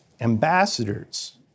ambassadors